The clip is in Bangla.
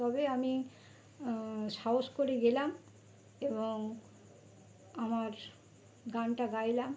তবে আমি সাহস করে গেলাম এবং আমার গানটা গাইলাম